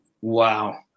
Wow